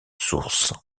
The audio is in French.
source